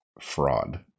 fraud